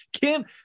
Kim